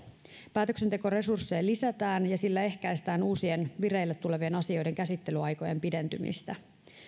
päätöksentekoresursseja lisätään ja sillä ehkäistään uusien vireille tulevien asioiden käsittelyaikojen pidentymistä